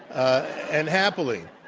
and happily.